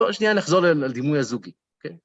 בוא שנייה נחזור לדימוי הזוגי, כן.